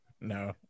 No